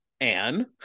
Anne